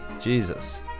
Jesus